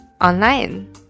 online